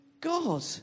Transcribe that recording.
God